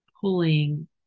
pulling